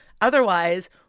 Otherwise